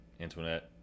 Antoinette